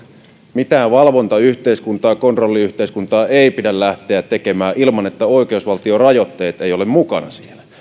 mitään valvontayhteiskuntaa kontrolliyhteiskuntaa ei pidä lähteä tekemään niin että oikeusvaltiorajoitteet eivät ole mukana siinä